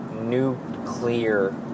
nuclear